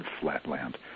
flatland